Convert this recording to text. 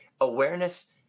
awareness